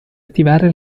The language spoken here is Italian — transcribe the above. attivare